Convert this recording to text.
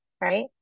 right